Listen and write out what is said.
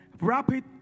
rapid